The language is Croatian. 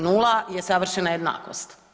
Nula je savršena jednakost.